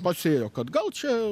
pasėjo kad gal čia